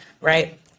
Right